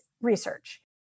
research